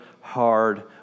hard